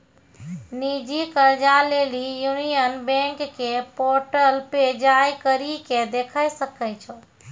निजी कर्जा लेली यूनियन बैंक के पोर्टल पे जाय करि के देखै सकै छो